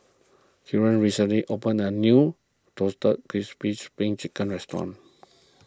Kellan recently opened a new Roasted Crispy Spring Chicken restaurant